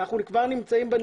אנחנו כבר נמצאים בנקודה הזו.